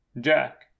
Jack